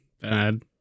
bad